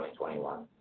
2021